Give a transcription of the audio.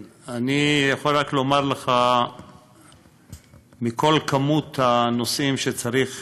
אני יכול רק לומר לך שמכל כמות הנושאים שצריך